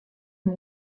him